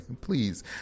Please